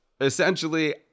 essentially